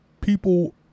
people